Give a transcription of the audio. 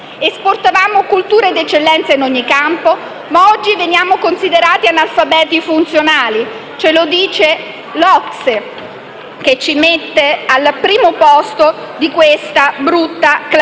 Esportavamo cultura di eccellenza in ogni campo, ma oggi veniamo considerati analfabeti funzionali. Ce lo dice l'OCSE, che ci mette al primo posto di questa brutta classifica in